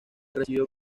recibió